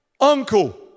uncle